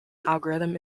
algorithm